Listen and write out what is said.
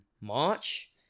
March